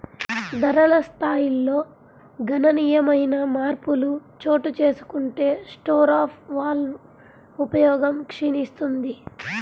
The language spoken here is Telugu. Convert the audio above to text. ధరల స్థాయిల్లో గణనీయమైన మార్పులు చోటుచేసుకుంటే స్టోర్ ఆఫ్ వాల్వ్ ఉపయోగం క్షీణిస్తుంది